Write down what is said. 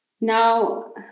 Now